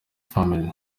family